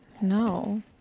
No